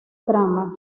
trama